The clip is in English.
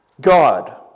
God